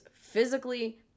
physically